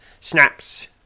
Snaps